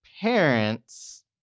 parents